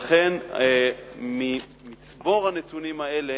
לכן, ממצבור הנתונים האלה